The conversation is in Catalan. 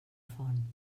font